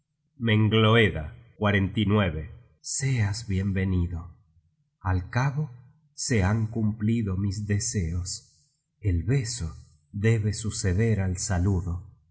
aun cuando parezcan penosos mengloeda seas bien venido al cabo se han cumplido mis deseos el beso debe suceder al saludo